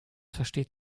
versteht